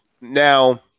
Now